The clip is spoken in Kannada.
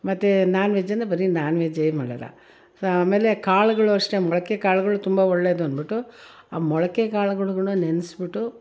ಮತ್ತು ನಾನ್ ವೆಜ್ ಅಂದರೆ ಬರೀ ನಾನ್ ವೆಜ್ಜೇ ಮಾಡೋಲ್ಲ ಆಮೇಲೆ ಕಾಳುಗಳು ಅಷ್ಟೆ ಮೊಳಕೆ ಕಾಳುಗಳು ತುಂಬ ಒಳ್ಳೆಯದು ಅಂದ್ಬಿಟ್ಟು ಆ ಮೊಳಕೆ ಕಾಳುಗಳು ನೆನೆಸ್ಬಿಟ್ಟು